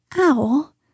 Owl